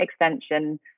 extension